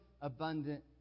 abundant